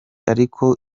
ariko